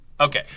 Okay